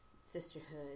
sisterhood